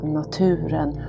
naturen